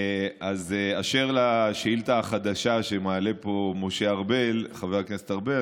אז אשר לשאילתה החדשה שמעלה פה חבר הכנסת ארבל,